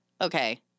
Okay